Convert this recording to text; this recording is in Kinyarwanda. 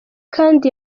kandi